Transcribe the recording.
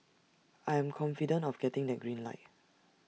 I am confident of getting that green light